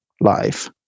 life